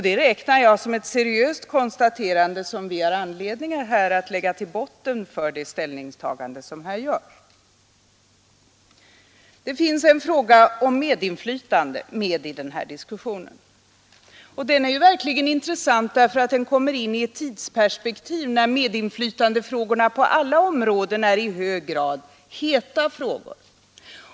Det räknar jag som ett seriöst konstaterande som vi har anledning att lägga till botten för de ställningstaganden som här görs. Det finns också en fråga om medinflytande i den här diskussionen, och den är intressant därför att den kommer i ett tidsperspektiv där medinflytandefrågorna på alla områden är i hög grad heta frågor.